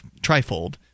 trifold